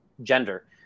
gender